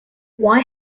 why